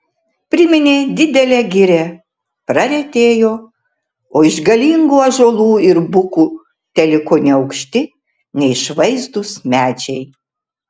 priminė didelę girią praretėjo o iš galingų ąžuolų ir bukų teliko neaukšti neišvaizdūs medžiai